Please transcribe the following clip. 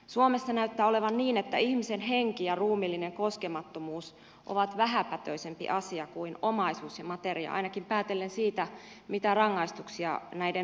suomessa näyttää olevan niin että ihmisen henki ja ruumiillinen koskemattomuus ovat vähäpätöisempi asia kuin omaisuus ja materia ainakin päätellen siitä mitä rangaistuksia näiden rikkomisesta tulee